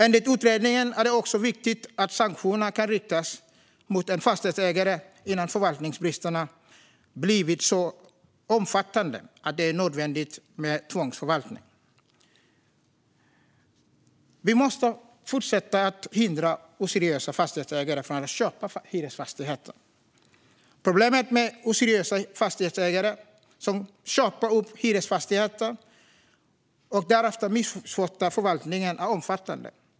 Enligt utredningen är det också viktigt att sanktioner kan riktas mot en fastighetsägare innan förvaltningsbristerna har blivit så omfattande att det är nödvändigt med tvångsförvaltning. Vi måste fortsätta att hindra oseriösa fastighetsägare från att köpa hyresfastigheter. Problemet med oseriösa fastighetsägare som köper upp hyresfastigheter och därefter missköter förvaltningen är omfattande.